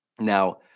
Now